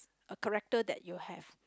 a character that you have